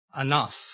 enough